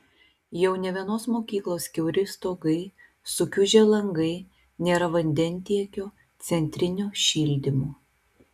jau ne vienos mokyklos kiauri stogai sukiužę langai nėra vandentiekio centrinio šildymo